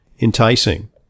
enticing